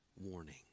warning